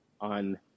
on